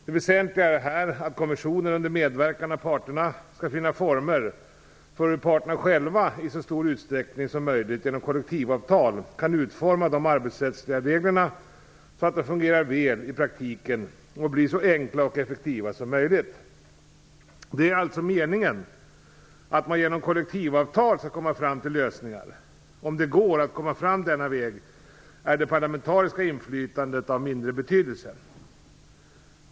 Det väsentliga är här att kommissionen under medverkan av parterna skall finna former för hur parterna själva i så stor utsträckning som möjligt genom kollektivavtal kan utforma de arbetsrättsliga reglerna så att de fungerar väl i praktiken och blir så enkla och effektiva som möjligt. Det är alltså meningen att man genom kollektivavtal skall komma fram till lösningar. Om det går att komma fram denna väg är det parlamentariska inflytandet av mindre betydelse.